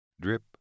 Drip